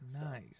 Nice